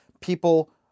people